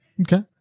Okay